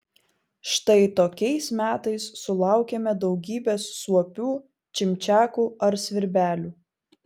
štai tokiais metais sulaukiame daugybės suopių čimčiakų ar svirbelių